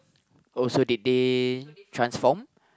also did they transform